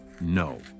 no